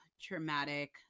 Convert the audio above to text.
traumatic